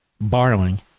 borrowing